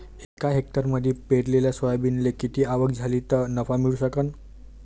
एका हेक्टरमंदी पेरलेल्या सोयाबीनले किती आवक झाली तं नफा मिळू शकन?